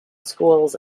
schools